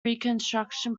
reconstruction